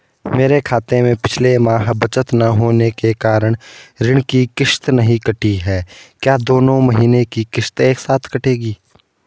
मेरे खाते में पिछले माह बचत न होने के कारण ऋण की किश्त नहीं कटी है क्या दोनों महीने की किश्त एक साथ कटेगी?